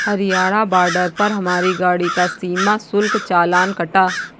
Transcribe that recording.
Haryana border पर हमारी गाड़ी का सीमा शुल्क चालान कटा